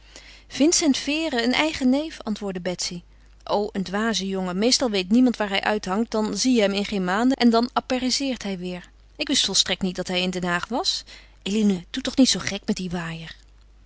vincent vere een eigen neef antwoordde betsy o een dwaze jongen meestal weet niemand waar hij uithangt dan zie je hem in geen maanden en dan apparaisseert hij weêr ik wist volstrekt niet dat hij in den haag was eline doe toch zoo gek niet met dien waaier